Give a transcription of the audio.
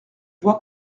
voit